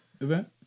event